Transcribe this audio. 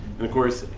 and of course,